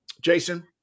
Jason